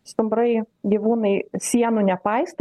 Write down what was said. stumbrai gyvūnai sienų nepaisto